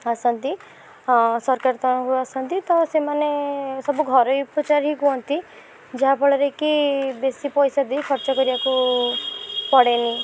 ଆସନ୍ତି ସରକାର ତରଫରୁ ଆସନ୍ତି ତ ସେମାନେ ସବୁ ଘରୋଇ ଉପଚାର ହିଁ କୁହନ୍ତି ଯାହା ଫଳରେ କି ବେଶୀ ପଇସା ବି ଖର୍ଚ୍ଚ କରିବାକୁ ପଡ଼େନି